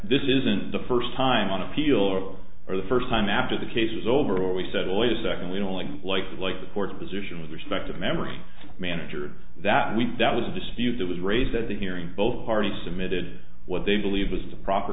this isn't the first time on appeal or the first time after the case is over we said well wait a second we don't like like like the court position with respect to memory manager that week that was a dispute that was raised at the hearing both parties submitted what they believe was the proper